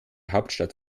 hauptstadt